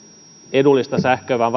edullista sähköä